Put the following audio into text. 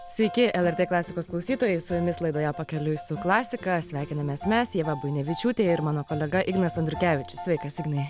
sveiki lrt klasikos klausytojai su jumis laidoje pakeliui su klasika sveikinames mes ieva buinevičiūtė ir mano kolega ignas andriukevičius sveikas ignai